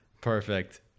perfect